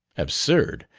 absurd!